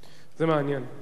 ומגונה כמובן.